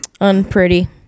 unpretty